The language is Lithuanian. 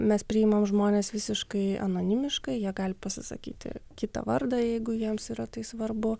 mes priimam žmones visiškai anonimiškai jie gali pasisakyti kitą vardą jeigu jiems yra tai svarbu